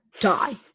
die